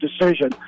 decision